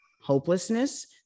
hopelessness